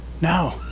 No